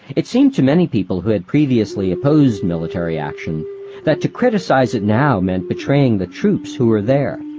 it seemed to many people who had previously opposed military action that to criticize it now meant betraying the troops who were there.